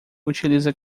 utiliza